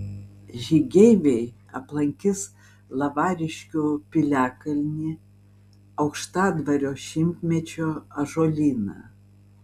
žygeiviai aplankys lavariškių piliakalnį aukštadvario šimtmečio ąžuolyną